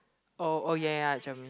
orh orh ya ya ya Germany